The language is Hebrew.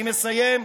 משפט אחרון.